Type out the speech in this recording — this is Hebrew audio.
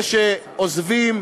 אלה שעוזבים